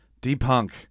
D-Punk